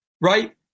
Right